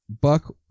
Buck